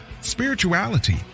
spirituality